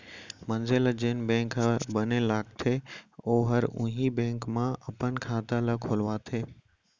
मनसे ल जेन बेंक ह बने लागथे ओहर उहीं बेंक म अपन खाता ल खोलवाथे